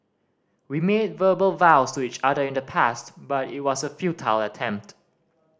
we made verbal vows to each other in the past but it was a futile attempt